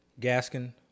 Gaskin